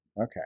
Okay